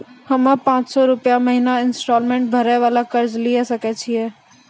हम्मय पांच सौ रुपिया महीना इंस्टॉलमेंट भरे वाला कर्जा लिये सकय छियै?